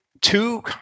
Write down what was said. two